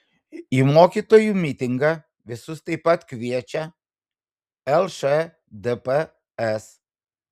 į mokytojų mitingą visus taip pat kviečia lšdps